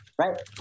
right